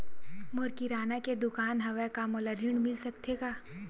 मोर किराना के दुकान हवय का मोला ऋण मिल सकथे का?